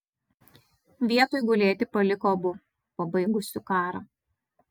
vietoj gulėti paliko abu pabaigusiu karą